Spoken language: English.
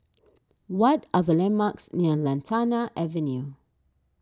what are the landmarks near Lantana Avenue